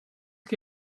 que